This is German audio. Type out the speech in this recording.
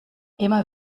immer